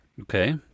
okay